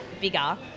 bigger